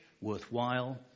worthwhile